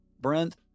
Brent